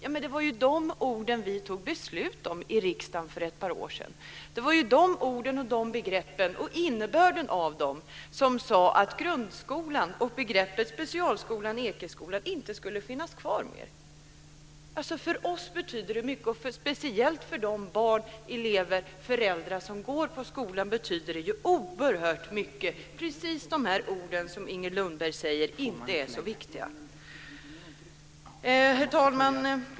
Ja, men det var ju de orden som vi i riksdagen fattade beslut om för ett par år sedan. Det var de orden och de begreppen samt deras innebörd som sade att grundskolan och begreppet specialskolan Ekeskolan inte skulle finnas kvar. För oss betyder det mycket, och speciellt för de barn, elever och föräldrar som finns på skolan betyder just de ord så mycket som Inger Lundberg säger inte är så viktiga. Herr talman!